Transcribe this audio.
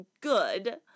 good